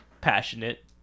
passionate